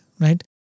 right